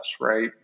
right